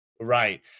Right